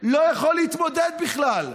לא יכול להתמודד בכלל.